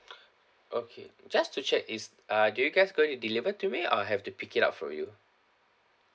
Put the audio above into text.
okay just to check is uh do you guys going to deliver to me or I have to pick it up for you